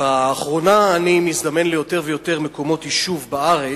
לאחרונה אני מזדמן ליותר ויותר מקומות יישוב בארץ,